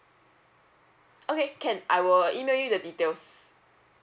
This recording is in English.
okay can I will email you the details